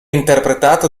interpretato